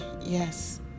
Yes